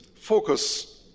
Focus